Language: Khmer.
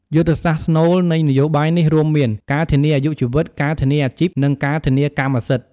យុទ្ធសាស្ត្រស្នូលនៃនយោបាយនេះរួមមាន ការធានាអាយុជីវិត ការធានាអាជីព និងការធានាកម្មសិទ្ធិ។